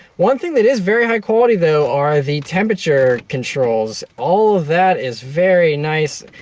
one thing that is very high quality, though, are the temperature controls. all of that is very nice.